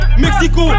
Mexico